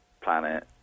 planet